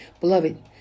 Beloved